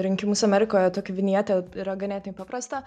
rinkimus amerikoje tokią vinjetę yra ganėtinai paprasta